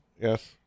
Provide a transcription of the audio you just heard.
yes